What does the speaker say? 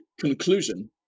Conclusion